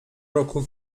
roku